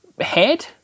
head